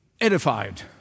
edified